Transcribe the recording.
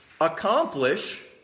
accomplish